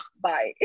Bye